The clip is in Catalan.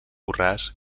borràs